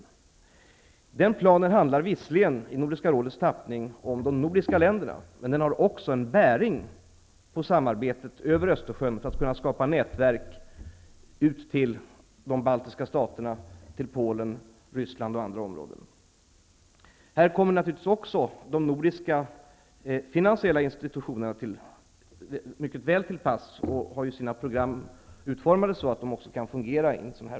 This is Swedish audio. I Nordiska rådets tappning handlar visserligen den planen om de nordiska länderna, men den har också en bäring på samarbetet över Östersjön för att kunna skapa nätverk till de baltiska staterna, Polen, Ryssland och andra områden. Här kommer naturligtvis även de nordiska finansiella institutionerna mycket väl till pass. De har ju sina program utformade så att de också kan fungera i en sådan ram.